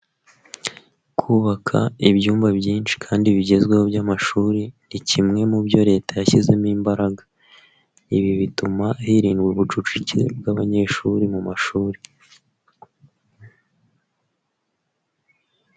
Kubaka ibyumba byinshi kandi bigezweho by'amashuri ni kimwe mu byo Leta yashyizemo imbaraga, ibi bituma hirindwa ubucucike bw'abanyeshuri mu mashuri.